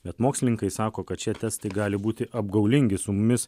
bet mokslininkai sako kad šie testai gali būti apgaulingi su mumis